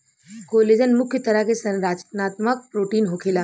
collagen मुख्य तरह के संरचनात्मक प्रोटीन होखेला